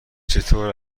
چطور